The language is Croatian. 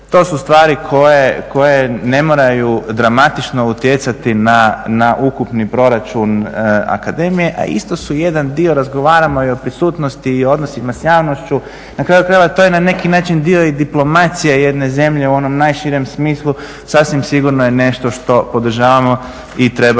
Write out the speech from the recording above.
To su stvari koje ne moraju dramatično utjecati na ukupni proračun akademije, a isto su jedan dio, razgovaramo i o prisutnosti i o odnosima s javnošću, na kraju krajeva to je na neki način dio i diplomacije jedne zemlje u onom najširem smislu, sasvim sigurno je nešto što podržavamo i treba